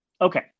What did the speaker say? okay